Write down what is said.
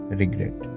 regret